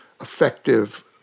effective